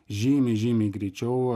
žymiai žymiai greičiau